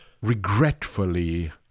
regretfully